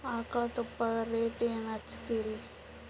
ಆಕಳ ತುಪ್ಪದ ರೇಟ್ ಏನ ಹಚ್ಚತೀರಿ?